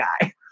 guy